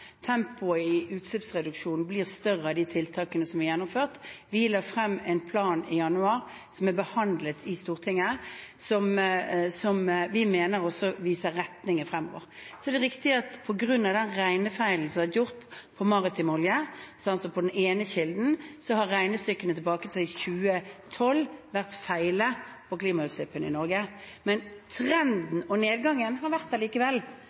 Tempoet i utslippsreduksjonen blir større av de tiltakene som er gjennomført. Vi la frem en plan i januar, som er behandlet i Stortinget, som vi mener også viser retningen fremover. Så er det riktig at på grunn av den regnefeilen som har vært gjort på maritim olje, sånn som på den ene kilden, har regnestykkene tilbake til 2012 vært feil når det gjelder klimautslippene i Norge. Trenden og nedgangen har vært